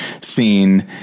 scene